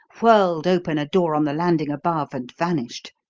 whirled open a door on the landing above and vanished.